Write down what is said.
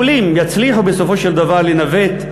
יכולים, יצליחו בסופו של דבר לנווט,